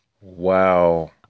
Wow